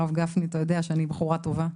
הרב גפני אתה יודע שאני בחורה טובה,